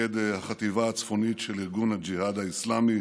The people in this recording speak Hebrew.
מפקד החטיבה הצפונית של ארגון הג'יהאד האסלאמי